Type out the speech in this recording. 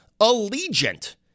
Allegiant